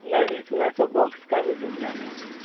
नहीं इसमें सो बॉक्स की सुविधा नहीं है